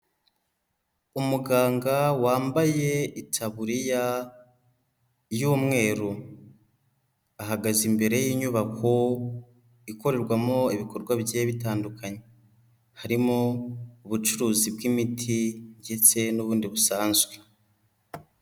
Umuganga wambaye itaburiya y'umweru, ahagaze imbere y'inyubako ikorerwamo ibikorwa bigiye bitandukanye, harimo ubucuruzi bw'imiti ndetse n'ubundi busanzwe.